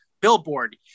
billboard